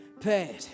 paid